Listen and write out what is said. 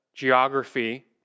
geography